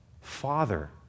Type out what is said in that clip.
Father